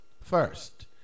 First